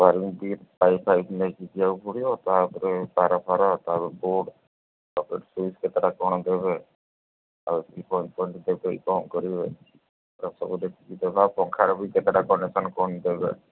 warranty pipe pipe ନେଇକି ଯିବାକୁ ପଡ଼ିବ ତା'ପରେ ତାର ଫାର ତା'ପରେ ବୋର୍ଡ଼ ସକେଟ୍ ସୁଇଚ୍ କେତେଟା କ'ଣ ଦେବେ ଆଉ କି ପଇଣ୍ଟ ପଣ୍ଟ ଦେବେ କ'ଣ କରିବେ ସବୁ ଦେଖିକି ଦେବା ପଙ୍ଖାର ବି କେତେଟା କନେକ୍ସନ୍ କ'ଣ ଦେବେ